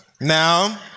Now